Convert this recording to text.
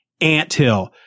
anthill